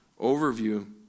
overview